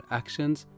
actions